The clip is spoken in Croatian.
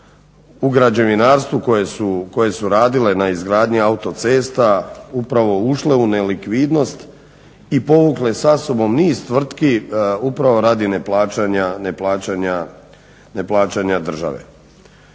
u građevinarstvu koje su radile na izgradnji autocesta upravo ušle u nelikvidnost i povukle sa sobom niz tvrtki upravo radi neplaćanja države.